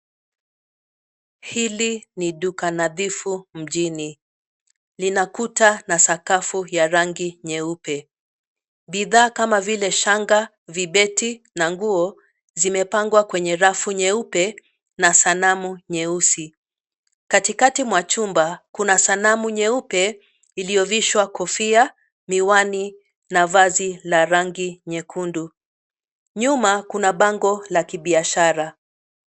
Hili ni duka nadhifu mjini. Lina kuta na sakafu ya rangi nyeupe. Bidhaa kama vile shanga, vibeti na nguo zimepangwa kwenye rafu nyeupe na sanamu nyeusi. Katikati mwa chumba, kuna sanamu nyeupe iliovishwa kofia, miwani na vazi la rangi nyekundu. Nyuma kuna bango la kibiashara.